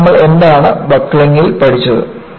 പിന്നെ നമ്മൾ എന്താണ് ബക്ക്ലിംഗിൽ പഠിച്ചത്